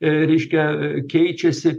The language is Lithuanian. reiškia keičiasi